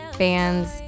fans